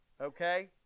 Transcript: Okay